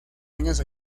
años